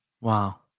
Wow